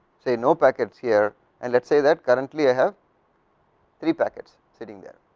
say no packets here and let say that currently. i have three packets setting there,